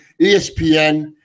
ESPN